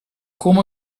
come